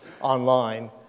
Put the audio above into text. online